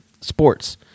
sports